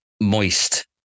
moist